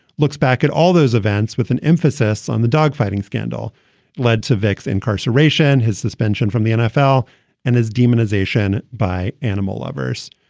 looks back at all those events with an emphasis on the dogfighting scandal led to vick's incarceration, his suspension from the nfl and his demonization by animal lovers.